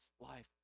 life